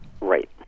Right